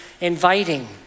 inviting